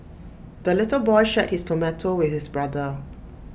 the little boy shared his tomato with his brother